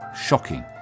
shocking